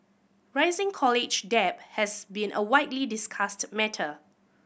rising college debt has been a widely discussed matter